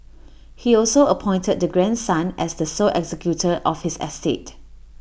he also appointed the grandson as the sole executor of his estate